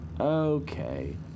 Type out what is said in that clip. Okay